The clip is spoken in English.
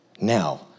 now